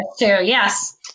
Yes